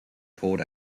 pulled